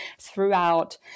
throughout